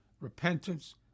repentance